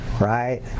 right